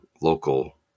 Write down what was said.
local